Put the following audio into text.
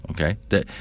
Okay